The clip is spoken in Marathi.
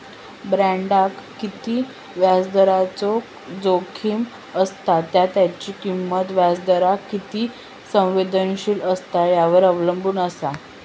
बॉण्डाक किती व्याजदराचो जोखीम असता त्या त्याची किंमत व्याजदराक किती संवेदनशील असता यावर अवलंबून असा